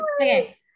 Okay